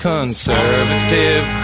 Conservative